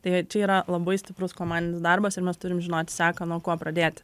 tai čia yra labai stiprus komandinis darbas ir mes turim žinot seką nuo ko pradėti